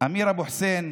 אמיר אבו חוסיין,